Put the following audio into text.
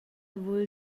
vul